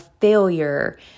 failure